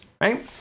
right